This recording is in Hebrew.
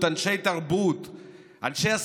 אנשי תרבות,